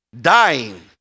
dying